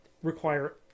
require